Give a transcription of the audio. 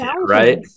right